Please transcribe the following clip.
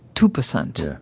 two percent.